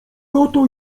oto